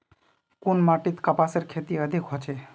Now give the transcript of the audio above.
कुन माटित कपासेर खेती अधिक होचे?